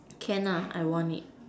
can ah I want it